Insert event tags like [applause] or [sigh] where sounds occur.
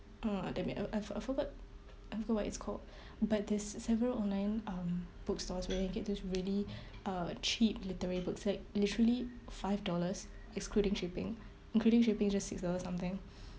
uh let me uh I've I forgot I forgot what it's called [breath] but there's several online um bookstores where you get this really [breath] uh cheap literary books like literally five dollars excluding shipping including shipping just six dollar something [breath]